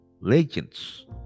legends